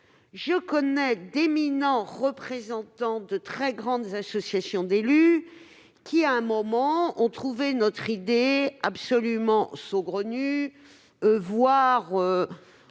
semaines, d'éminents représentants de très grandes associations d'élus qui avaient trouvé notre idée absolument saugrenue, voire